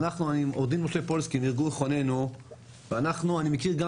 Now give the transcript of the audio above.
אני עו"ד משה פולסקי מארגון חוננו ואני מכיר גם